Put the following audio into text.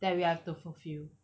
that we have to fulfil